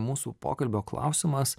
mūsų pokalbio klausimas